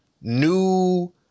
new